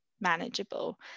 manageable